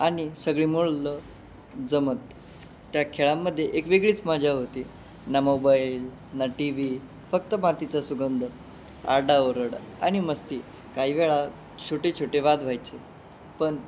आणि सगळी मुलं जमत त्या खेळांमध्ये एक वेगळीच मजा होती ना मोबाईल ना टी व्ही फक्त मातीचा सुगंध आरडाओरडा आणि मस्ती काही वेळा छोटे छोटे वाद व्हायचे पण